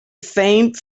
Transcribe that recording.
famed